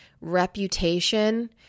reputation